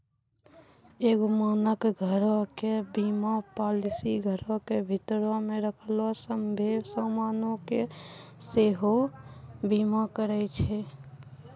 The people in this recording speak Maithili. एगो मानक घरो के बीमा पालिसी घरो के भीतरो मे रखलो सभ्भे समानो के सेहो बीमा करै छै